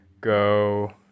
go